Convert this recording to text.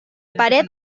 pared